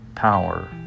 power